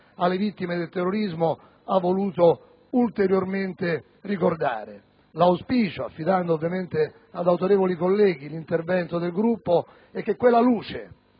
alle vittime del terrorismo, ha voluto ulteriormente ricordare. L'auspicio, affidando ad autorevoli colleghi l'intervento a nome del Gruppo, è che quella luce,